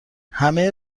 همه